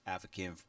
African